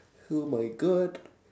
oh my god